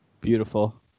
beautiful